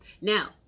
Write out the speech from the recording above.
Now